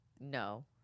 no